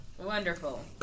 Wonderful